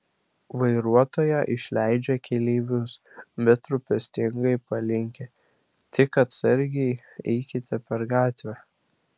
vairuotoja išleidžia keleivius bet rūpestingai palinki tik atsargiai eikite per gatvę